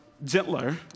gentler